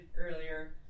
earlier